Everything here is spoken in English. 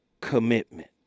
commitment